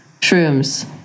shrooms